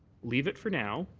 leave it for now.